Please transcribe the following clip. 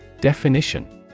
Definition